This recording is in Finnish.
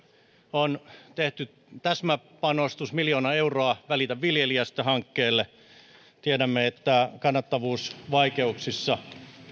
on tehty täsmäpanostus miljoona euroa välitä viljelijästä hankkeelle tiedämme että kannattavuusvaikeuksissa